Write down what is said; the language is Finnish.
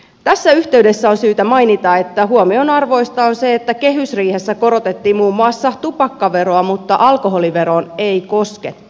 tässä yhteydessä on syytä mainita että huomionarvoista on se että kehysriihessä korotettiin muun muassa tupakkaveroa mutta alkoholiveroon ei koskettu